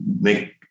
make